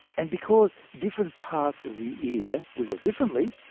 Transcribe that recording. and because different parts of the ear wiggle differently,